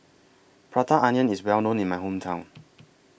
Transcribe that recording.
Prata Onion IS Well known in My Hometown